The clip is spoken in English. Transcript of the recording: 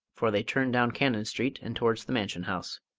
for they turned down cannon street and towards the mansion house.